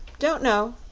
don't know,